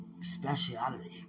speciality